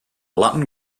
latin